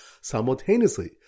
simultaneously